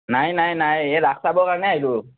নাই নাই নাই এই ৰাস চাবৰ কাৰণে আহিলোঁ